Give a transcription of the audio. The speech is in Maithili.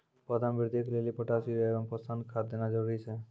पौधा मे बृद्धि के लेली पोटास यूरिया एवं पोषण खाद देना जरूरी छै?